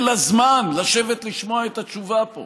אין לה זמן לשבת לשמוע את התשובה פה.